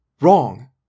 Wrong